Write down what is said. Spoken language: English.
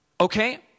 okay